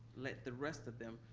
let the rest of them,